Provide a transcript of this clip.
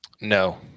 no